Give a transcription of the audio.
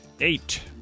Eight